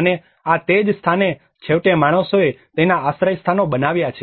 અને આ તે જ સ્થાને છેવટે માણસોએ તેના આશ્રયસ્થાનો બનાવ્યા છે